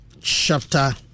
chapter